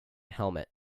helmet